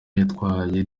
yatwaye